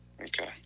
Okay